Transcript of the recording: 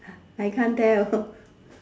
I can't tell